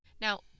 Now